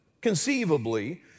conceivably